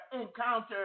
encounter